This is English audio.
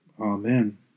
Amen